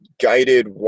guided